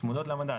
צמודות למדד,